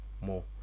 more